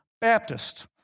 Baptist